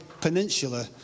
peninsula